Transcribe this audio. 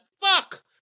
fuck